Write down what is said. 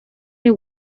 they